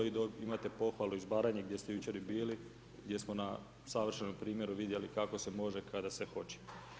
I imate pohvalu iz Baranje gdje ste jučer i bili jer smo na savršenom primjeru vidjeli kako se može kada se hoće.